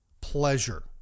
pleasure